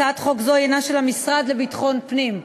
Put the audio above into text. הצעת חוק זו היא של המשרד לביטחון פנים.